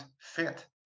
fit